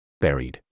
Buried